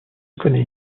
connaît